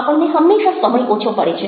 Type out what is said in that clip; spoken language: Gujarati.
આપણને હંમેશા સમય ઓછો પડે છે